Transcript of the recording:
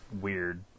weird